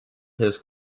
his